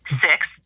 Six